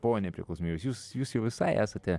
po nepriklausomybės jūs jūs jau visai esate